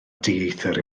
dieithr